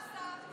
מה הוא עשה?